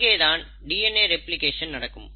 அங்கேதான் DNA replication நடக்கும்